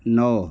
नौ